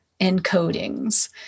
encodings